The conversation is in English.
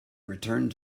returned